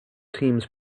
teams